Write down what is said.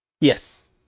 yes